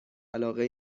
علاقه